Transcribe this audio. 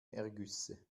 ergüsse